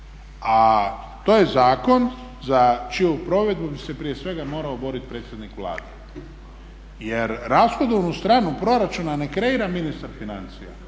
A to je zakon za čiju provedbu bi se prije svega morao boriti predsjednik Vlade. Jer rashodovnu stranu proračuna ne kreira ministar financija,